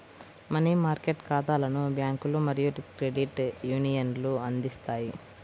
money market ఖాతాలను బ్యాంకులు మరియు క్రెడిట్ యూనియన్లు అందిస్తాయి